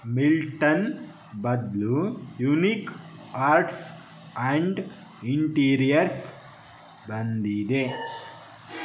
Milton ಬದಲು unique arts and interiors ಬಂದಿದೆ